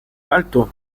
alto